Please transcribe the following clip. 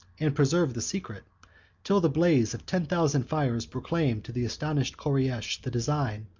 and preserved the secret till the blaze of ten thousand fires proclaimed to the astonished koreish the design,